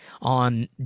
on